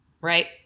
right